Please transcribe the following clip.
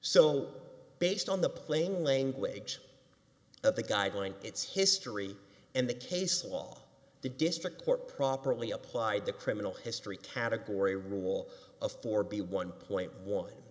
so based on the playing language of the guideline its history and the case law the district court properly applied the criminal history category rule of four b one point one